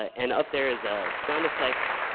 and up there is ah sound effects.